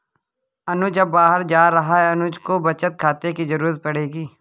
अनुज अब बाहर जा रहा है अनुज को बचत खाते की जरूरत पड़ेगी